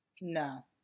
No